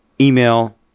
email